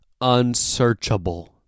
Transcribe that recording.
unsearchable